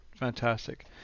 Fantastic